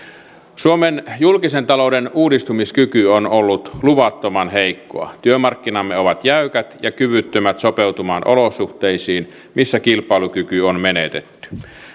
suomen julkisen talouden uudistumiskyky on ollut luvattoman heikkoa työmarkkinamme ovat jäykät ja kyvyttömät sopeutumaan olosuhteisiin missä kilpailukyky on menetetty